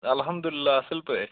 اَلحمداللہ اَصٕل پٲٹھۍ